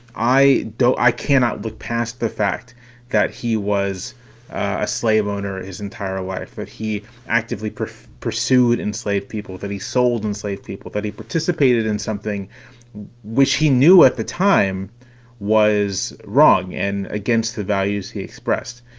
i don't i cannot look past the fact that he was a slave owner his entire life, that he actively pursued pursued enslaved people, that he sold and slave people that he participated in, something which he knew at the time was wrong and against the values he expressed.